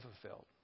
fulfilled